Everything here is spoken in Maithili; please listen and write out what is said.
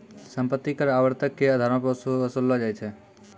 सम्पति कर आवर्तक के अधारो पे वसूललो जाय छै